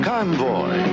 Convoy